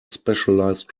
specialized